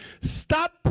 Stop